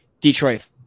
Detroit